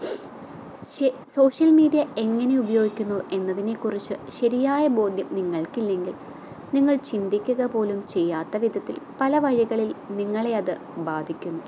social media എങ്ങനെ ഉപയോഗിക്കുന്നു എന്നതിനേക്കുറിച്ച് ശരിയായ ബോധ്യം നിങ്ങൾക്കില്ലെങ്കിൽ നിങ്ങൾ ചിന്തിക്കുക പോലും ചെയ്യാത്ത വിധത്തിൽ പല വഴികളിൽ നിങ്ങളെ അത് ബാധിക്കുന്നു